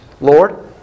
Lord